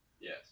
yes